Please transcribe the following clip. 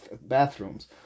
bathrooms